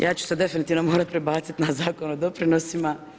Ja ću se definitivno morat prebacit na Zakon o doprinosima.